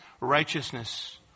righteousness